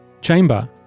chamber